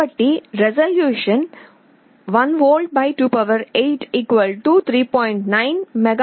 కాబట్టి resolution 1 V 28 3